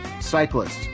cyclists